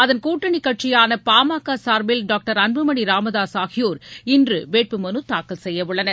அதன் கூட்டணி கட்சியான பா ம க சார்பில் டாக்டர் அன்புமணி ராமதாஸ் ஆகியோர் இன்று வேட்புமனு தாக்கல் செய்ய உள்ளனர்